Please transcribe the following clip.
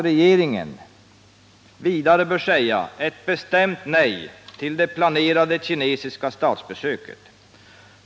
Regeringen bör vidare säga ett bestämt nej till det planerade kinesiska statsbesöket.